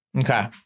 Okay